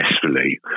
successfully